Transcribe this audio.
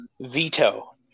veto